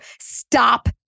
stop